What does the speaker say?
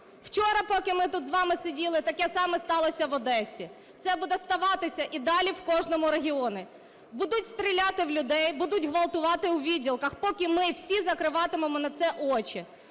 Вчора, поки ми тут з вами сиділи, таке саме сталося в Одесі. Це буде ставатися і далі в кожному регіоні, будуть стріляти в людей, будуть ґвалтувати у відділках, поки ми всі закриватимемо на це очі.